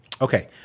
Okay